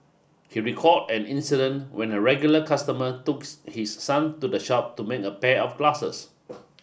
he recalled an incident when a regular customer took his son to the shop to make a pair of glasses